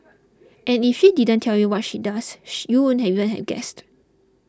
and if she didn't tell you what she does sh you wouldn't even have guessed